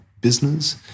business